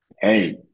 hey